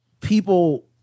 people